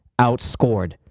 outscored